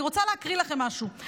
אני רוצה להקריא לכם משהו.